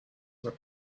were